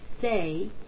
say